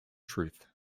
truth